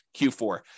Q4